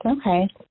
Okay